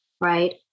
right